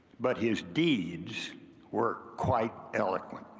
but his deeds were quiet eloquent.